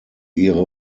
ihre